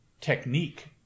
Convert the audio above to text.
technique